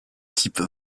type